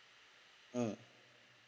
mm